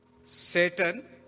Satan